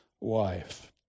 wife